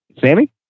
Sammy